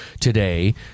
today